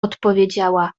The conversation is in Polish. odpowiedziała